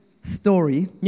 story